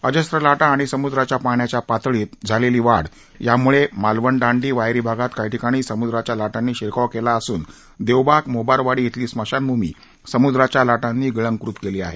अजस्त्र लाटा आणि समुद्राच्या पाण्याच्या पातळीत झालेली वाढ यामुळे मालवण दांडी वायरी भागात काही ठिकाणी समुद्राच्या लाटांनी शिरकाव केला असून देवबाग मोबारवाडी शिली स्मशानभूमी समुद्राच्या लाटांनी गिळंकृत केली आहे